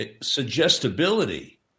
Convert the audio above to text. suggestibility